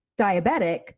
diabetic